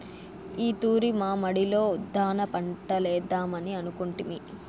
ఈ తూరి మా మడిలో ఉద్దాన పంటలేద్దామని అనుకొంటిమి